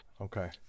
Okay